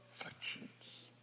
affections